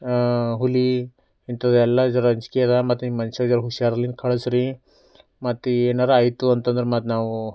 ಹುಲಿ ಇಂಥದೆಲ್ಲ ಜರಾ ಅಂಜಿಕೆ ಇದೆ ಮತ್ತೆ ನಿಮ್ಮ ಮನುಷ್ಯಗೆ ಜರಾ ಹುಷಾರಿಂದ ಕಳಿಸ್ರಿ ಮತ್ತೆ ಏನಾರೂ ಆಯ್ತು ಅಂತಂದ್ರೆ ಮತ್ತೆ ನಾವು